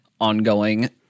ongoing